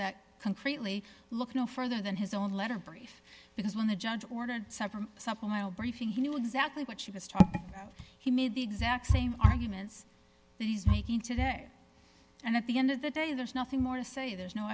that concretely look no further than his own letter brief because when the judge ordered some from supplemental briefing he knew exactly what she was talking about he made the exact same arguments that he's making today and at the end of the day there's nothing more to say there's no